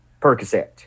Percocet